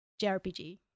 JRPG